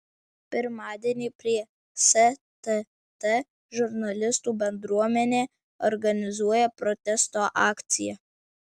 pirmadienį prie stt žurnalistų bendruomenė organizuoja protesto akciją